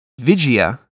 Vigia